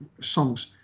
songs